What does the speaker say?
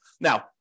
Now